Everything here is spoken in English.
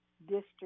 District